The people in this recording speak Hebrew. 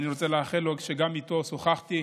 גם איתו שוחחתי.